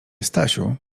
stasiu